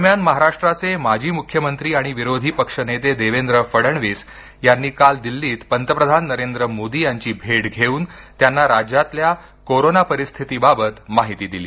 दरम्यान महाराष्ट्राचे माजी मुखमंत्री आणि विरोधी पक्षनेते देवेंद्र फडणवीस यांनी काल दिल्लीत पंतप्रधान नरेंद्र मोदी यांची भेट घेऊन त्यांना राज्यातल्या परिस्थितीबाबत माहिती दिली